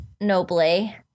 nobly